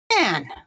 man